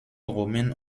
romaines